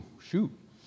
shoot